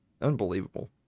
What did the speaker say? Unbelievable